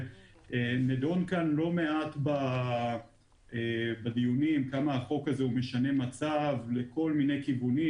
נדון כאן לא מעט בדיונים כמה החוק הזה משנה מצב לכל מיני כיוונים,